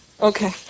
Okay